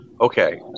Okay